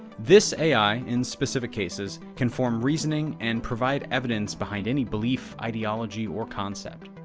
this ai, in specific cases, can form reasoning and provide evidence behind any belief, ideology, or concept.